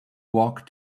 walk